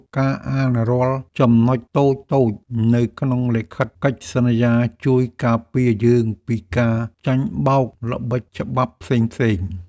ការអានរាល់ចំណុចតូចៗនៅក្នុងលិខិតកិច្ចសន្យាជួយការពារយើងពីការចាញ់បោកល្បិចច្បាប់ផ្សេងៗ។